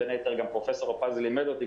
בין היתר גם פרופ' הרפז לימד אותי,